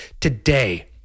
today